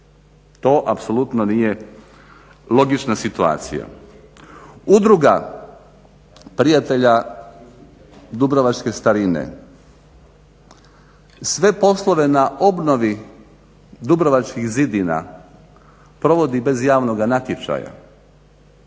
To apsolutno nije logična situacija. Udruga Prijatelja Dubrovačke starine sve poslove na obnovi dubrovačkih zidina provodi bez javnoga natječaja